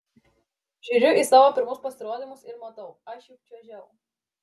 žiūriu į savo pirmus pasirodymus ir matau aš juk čiuožiau